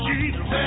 Jesus